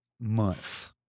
month